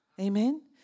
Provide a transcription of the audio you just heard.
Amen